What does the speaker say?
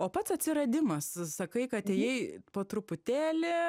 o pats atsiradimas sakai kad ėjai po truputėlį